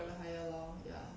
private hire lor ya